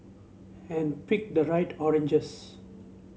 and pick the right oranges